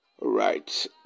Right